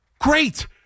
Great